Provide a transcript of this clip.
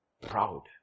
proud